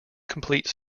complete